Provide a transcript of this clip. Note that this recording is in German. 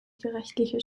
gerichtliche